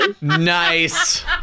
Nice